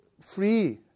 free